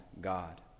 God